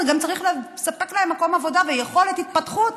אתה גם צריך לספק להם מקום עבודה ויכולת התפתחות.